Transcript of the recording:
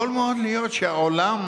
יכול מאוד להיות שהעולם,